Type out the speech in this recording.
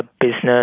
business